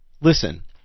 Listen